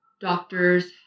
doctors